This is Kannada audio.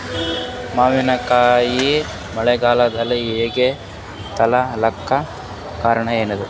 ಮಾವಿನಕಾಯಿ ಮಳಿಗಾಲದಾಗ ಆಗದೆ ಇರಲಾಕ ಕಾರಣ ಏನದ?